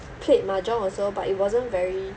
played mahjong also but it wasn't very